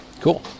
Cool